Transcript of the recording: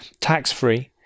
tax-free